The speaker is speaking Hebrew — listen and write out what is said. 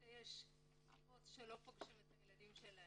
של אבות שלא פוגשים את הילדים שלהם.